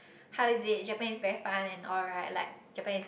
how is it Japan is very fun and all right like Japan is